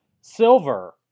silver